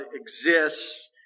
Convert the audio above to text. exists